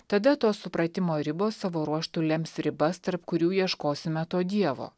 tada to supratimo ribos savo ruožtu lems ribas tarp kurių ieškosime to dievo